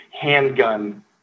handgun